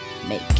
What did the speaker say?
make